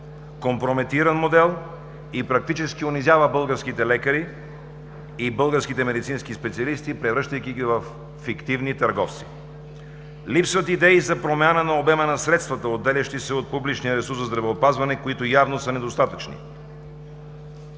компрометиран модел и практически унижава българските лекари и българските медицински специалисти, превръщайки ги във фиктивни търговци. Липсват идеи за промяна на обема на средствата, отделящи се от публичния ресурс здравеопазване, които явно са недостатъчни.